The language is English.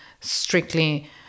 strictly